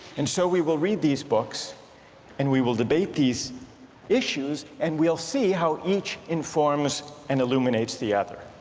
and so we will read these books and we will debate these issues and we'll see how each informs and illuminates the other.